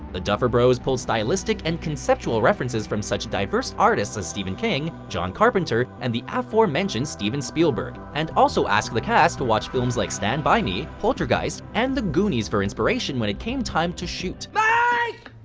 the duffer bros pulled stylistic and conceptual references from such diverse artists as stephen king, john carpenter, and the aforementioned, steven spielberg, and also asked the cast to watch films like stand by me, poltergeist, and the goonies, for inspiration when it came time to shoot. mike!